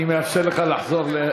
אני מאפשר לך לחזור,